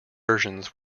versions